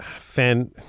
fan